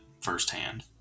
firsthand